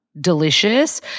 Delicious